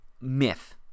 myth